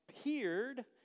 appeared